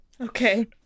Okay